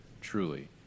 Truly